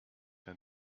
and